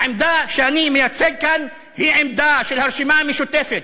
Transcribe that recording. העמדה שאני מייצג כאן היא העמדה של הרשימה המשותפת,